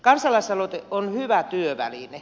kansalaisaloite on hyvä työväline